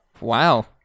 Wow